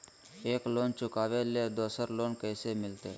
एक लोन के चुकाबे ले दोसर लोन कैसे मिलते?